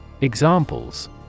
Examples